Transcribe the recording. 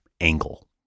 angle